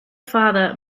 father